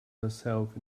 herself